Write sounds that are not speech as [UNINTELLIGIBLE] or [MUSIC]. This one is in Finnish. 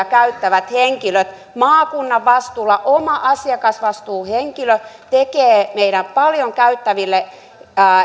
[UNINTELLIGIBLE] käyttävät henkilöt maakunnan vastuulla oma asiakasvastuuhenkilö tekee paljon palveluja käyttäville